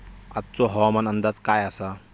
आजचो हवामान अंदाज काय आसा?